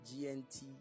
GNT